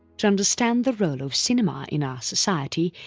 to understand the role of cinema in our society,